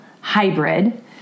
hybrid